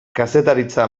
kazetaritza